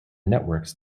networks